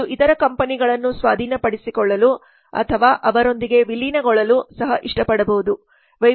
ಇದು ಇತರ ಕಂಪನಿಗಳನ್ನು ಸ್ವಾಧೀನಪಡಿಸಿಕೊಳ್ಳಲು ಅಥವಾ ಅವರೊಂದಿಗೆ ವಿಲೀನಗೊಳ್ಳಲು ಸಹ ಇಷ್ಟಪಡಬಹುದು